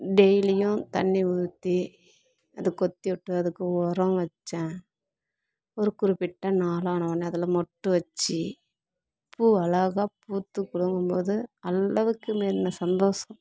டெய்லியும் தண்ணி ஊற்றி அதைக் கொத்திவிட்டு அதுக்கு உரம் வைச்சேன் ஒரு குறிப்பிட்ட நாள் ஆனோன அதில் மொட்டுவச்சு பூ அழகாக பூத்து குலுங்கும் போது அளவுக்கு மீறின சந்தோஷம்